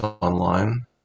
online